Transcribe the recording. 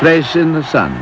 place in the sun